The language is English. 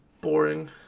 boring